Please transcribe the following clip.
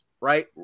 right